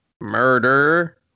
murder